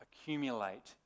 accumulate